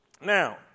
now